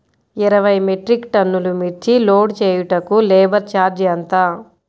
ఇరవై మెట్రిక్ టన్నులు మిర్చి లోడ్ చేయుటకు లేబర్ ఛార్జ్ ఎంత?